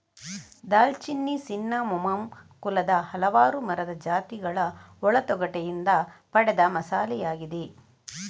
ದಾಲ್ಚಿನ್ನಿ ಸಿನ್ನಮೋಮಮ್ ಕುಲದ ಹಲವಾರು ಮರದ ಜಾತಿಗಳ ಒಳ ತೊಗಟೆಯಿಂದ ಪಡೆದ ಮಸಾಲೆಯಾಗಿದೆ